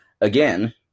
again